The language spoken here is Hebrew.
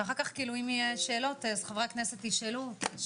אם יהיו שאלות חברי הכנסת ישאלו.